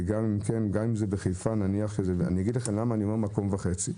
וגם אם זה בחיפה אגיד לכם למה אני מדבר על מקום וחצי.